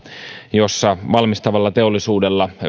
jossa valmistavalla teollisuudella